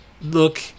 Look